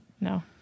No